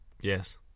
Yes